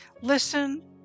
Listen